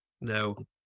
No